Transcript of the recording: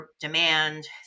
demand